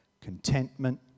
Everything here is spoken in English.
contentment